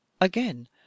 again